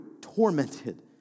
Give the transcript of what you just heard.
tormented